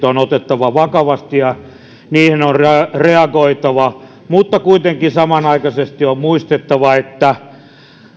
on otettava vakavasti ja niihin on reagoitava mutta kuitenkin samanaikaisesti on muistettava että